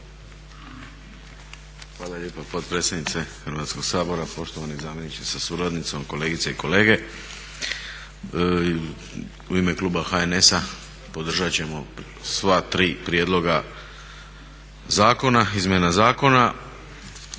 Hvala lijepa potpredsjednice Hrvatskog sabora, poštovani zamjeniče sa suradnicom, kolegice i kolege. U ime kluba HNS-a podržat ćemo sva tri prijedloga zakona,